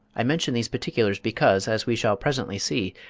i mention these particulars because, as we shall presently see,